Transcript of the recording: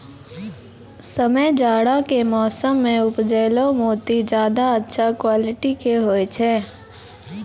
समय जाड़ा के मौसम मॅ उपजैलो मोती ज्यादा अच्छा क्वालिटी के होय छै